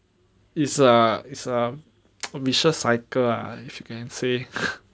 it's a it's a vicious cycle ah if you can say